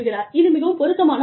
இது மிகவும் பொருத்தமான ஒரு வேலை